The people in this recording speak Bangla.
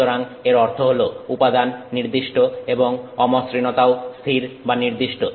সুতরাং এর অর্থ হল উপাদান নির্দিষ্ট এবং অমসৃণতাও স্থির বা নির্দিষ্ট